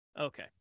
Okay